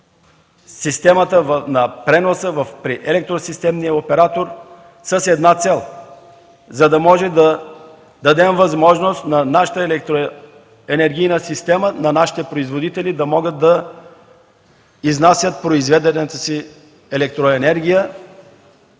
системата на преноса, при електросистемния оператор с една цел – за да можем да дадем възможност на нашата електроенергийна система, на нашите производители да изнасят произведената електроенергия,